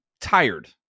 tired